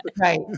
Right